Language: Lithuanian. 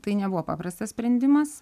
tai nebuvo paprastas sprendimas